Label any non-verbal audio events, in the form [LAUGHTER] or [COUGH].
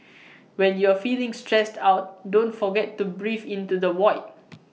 [NOISE] when you are feeling stressed out don't forget to breathe into the void